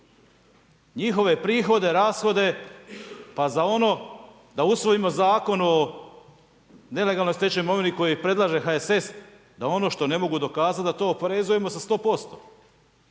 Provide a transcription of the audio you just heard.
njihove prihode, rashode, pa za ono, da usvojimo zakon o nelegalnoj stečenoj imovini, koju predlaže HSS da ono što ne mogu dokazati, da to oporezujemo sa 100%.